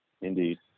Indeed